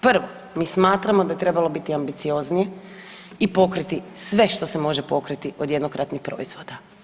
Prvo, mi smatramo da je trebalo biti ambicioznije i pokriti sve što se može pokriti od jednokratnih proizvoda.